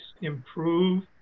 improve